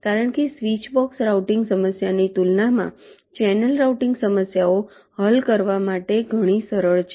કારણ કે switch box routing સમસ્યાની તુલનામાં ચેનલ રાઉટિંગ સમસ્યાઓ હલ કરવા માટે ઘણી સરળ છે